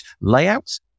layouts